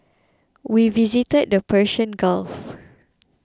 we visited the Persian Gulf